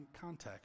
context